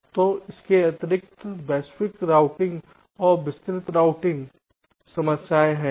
तो इसके अतिरिक्त वैश्विक रूटिंग और विस्तृत रूटिंग समस्याएं हैं